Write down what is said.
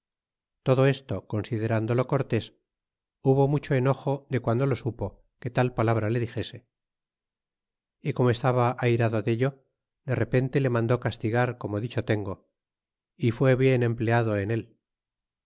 todo esto considerándolo cortés hubo mucho enojo de guando lo supo que tal palabra le dixese y como estaba airado dello de repente le mandó castigar como dicho tengo y fue bien empleado en él